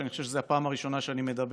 אני חושב שזו הפעם הראשונה שאני מדבר